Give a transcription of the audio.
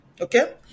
okay